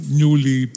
newly